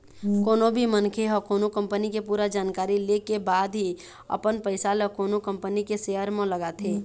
कोनो भी मनखे ह कोनो कंपनी के पूरा जानकारी ले के बाद ही अपन पइसा ल कोनो कंपनी के सेयर म लगाथे